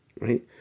Right